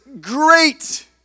great